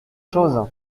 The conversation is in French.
choses